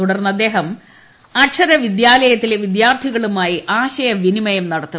തുടർന്ന് അദ്ദേഹം അക്ഷരവിദ്യാലയത്തിലെ വിദ്യാർത്ഥികളുമായി ആശയ വിനിമയം നടത്തും